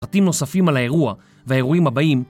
פרטים נוספים על האירוע ואירועים הבאים